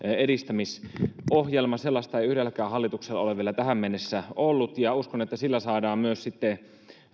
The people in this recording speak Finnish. edistämisohjelma sellaista ei yhdelläkään hallituksella ole vielä tähän mennessä ollut ja uskon että myös sillä saadaan sitten